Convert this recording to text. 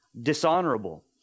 dishonorable